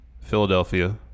Philadelphia